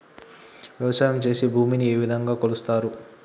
వ్యవసాయం చేసి భూమిని ఏ విధంగా కొలుస్తారు?